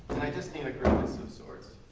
i just need a grimace of sorts.